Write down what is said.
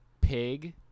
Pig